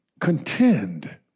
Contend